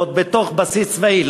ועוד בתוך בסיס צבאי.